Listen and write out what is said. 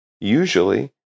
Usually